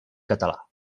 català